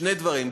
שני דברים,